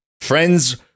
Friends